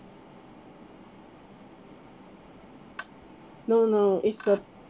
no no it's a